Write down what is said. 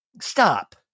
stop